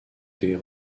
des